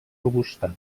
robusta